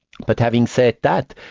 but having said that,